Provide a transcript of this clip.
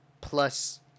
plus